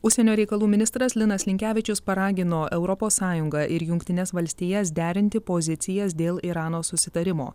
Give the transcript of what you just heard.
užsienio reikalų ministras linas linkevičius paragino europos sąjungą ir jungtines valstijas derinti pozicijas dėl irano susitarimo